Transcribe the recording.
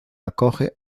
acoge